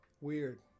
weird